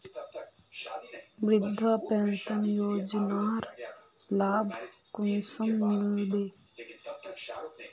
वृद्धा पेंशन योजनार लाभ कुंसम मिलबे?